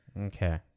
Okay